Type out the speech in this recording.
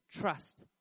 trust